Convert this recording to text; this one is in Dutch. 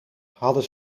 hadden